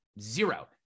zero